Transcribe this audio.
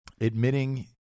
Admitting